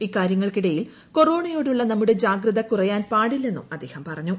ഇക്കാരൃങ്ങൾക്കിടയിൽ കൊറോണയോടുള്ള നമ്മുടെ ജാഗ്രത കൂറയാൻ പാടില്ലെന്നും അദ്ദേഹം പറഞ്ഞു